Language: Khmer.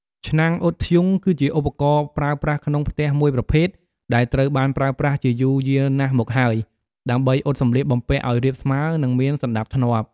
ឆ្នាំងអ៊ុតធ្យូង គឺជាឧបករណ៍ប្រើប្រាស់ក្នុងផ្ទះមួយប្រភេទ ដែលត្រូវបានប្រើប្រាស់ជាយូរយារណាស់មកហើយ ដើម្បីអ៊ុតសម្លៀកបំពាក់ឱ្យរាបស្មើ និងមានសណ្ដាប់ធ្នាប់។